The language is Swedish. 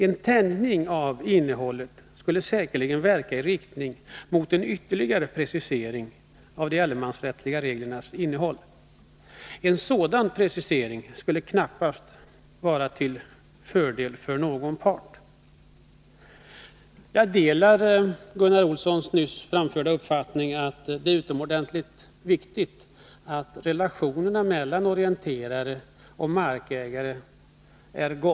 En tänjning av innehållet skulle säkerligen verka i riktning mot en ytterligare precisering av de allemansrättsliga reglernas innehåll. En sådan precisering skulle knappast vara till fördel för någon part. Jag delar Gunnar Olssons nyss framförda uppfattning att det är utomordentligt viktigt att relationerna mellan orienterare och markägare är goda.